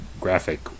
graphic